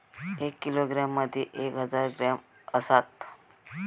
एक किलोग्रॅम मदि एक हजार ग्रॅम असात